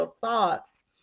thoughts